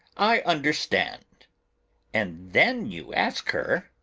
i understand and then you ask her.